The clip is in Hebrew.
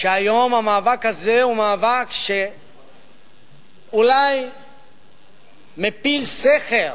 שהיום המאבק הזה אולי מפיל סכר